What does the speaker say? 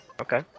Okay